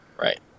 Right